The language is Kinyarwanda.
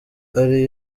ari